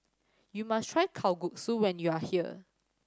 you must try Kalguksu when you are here